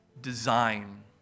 design